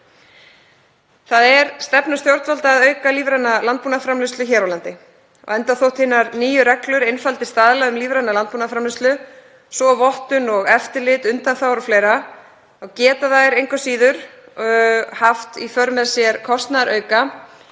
Það er stefna stjórnvalda að auka lífræna landbúnaðarframleiðslu hér á landi. Enda þótt hinar nýju reglur einfaldi staðla um lífræna landbúnaðarframleiðslu, svo og vottun og eftirlit, undanþágur o.fl., þá geta þær engu að síður haft í för með sér kostnaðarauka